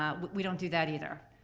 ah we don't do that, either,